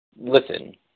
listen